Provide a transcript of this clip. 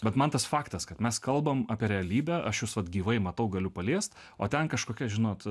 bet man tas faktas kad mes kalbam apie realybę aš visad gyvai matau galiu paliest o ten kažkokia žinot